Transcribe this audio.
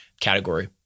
category